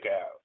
out